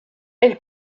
elle